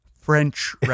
French